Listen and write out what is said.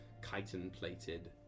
chitin-plated